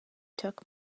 took